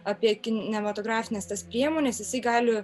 apie kinematografines tas priemones jisai gali